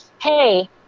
hey